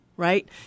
Right